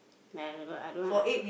ya I I don't want I